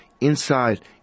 inside